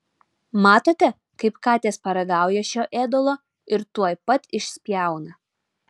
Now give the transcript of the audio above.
matote kaip katės paragauja šio ėdalo ir tuoj pat išspjauna